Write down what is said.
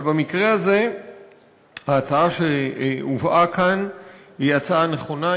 אבל במקרה הזה ההצעה שהובאה כאן היא הצעה נכונה,